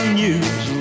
news